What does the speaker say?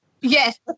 Yes